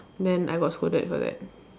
then I got scolded for that